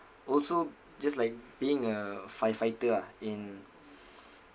also just like being a firefighter ah in